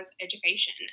education